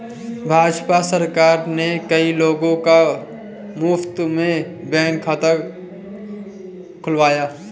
भाजपा सरकार ने कई लोगों का मुफ्त में बैंक खाता खुलवाया